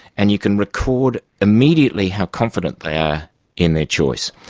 and you can record immediately how confident they are in their choice.